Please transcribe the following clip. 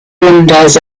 windows